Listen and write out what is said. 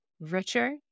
richer